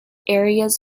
areas